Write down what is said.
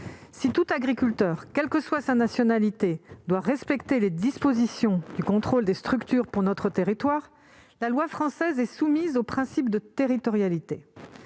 Si tout agriculteur, quelle que soit sa nationalité, doit respecter les dispositions du contrôle des structures sur notre territoire, la loi française est soumise au principe de territorialité.